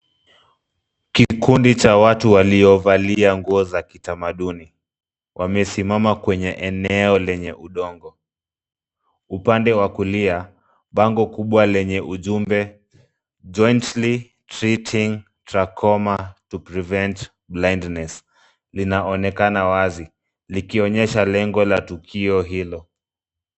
Kikundi cha watu waliovalia nguo za kitamaduni wamesimama kwenye eneo lenye udongo. Upande wa kulia bango kubwa lenge ujumbe Jointly treating Trachoma to Prevent Blindness linaonekana wazi likionyesha lengo la tukio hilo.